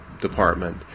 department